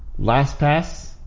LastPass